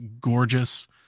gorgeous